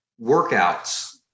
workouts